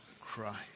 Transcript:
Christ